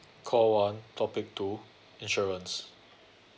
call one topic two insurance